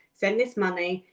send this money,